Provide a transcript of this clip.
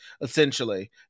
Essentially